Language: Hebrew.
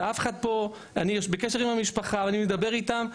ואני בקשר עם המשפחה ואני מדבר איתם.